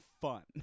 fun